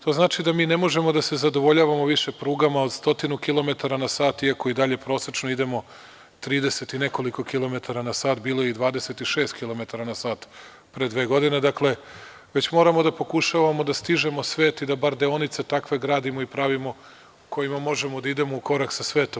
To znači da mi ne možemo da se zadovoljavamo više prugama od 100 kilometara na sat, iako i dalje prosečno idemo 30 i nekoliko kilometara na sat, bilo je i 26 kilometara na sat pre dve godine, već moramo da pokušavamo da stižemo svet i da bar deonice takve gradimo i pravimo, kojima možemo da idemo u korak sa svetom.